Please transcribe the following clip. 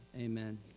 amen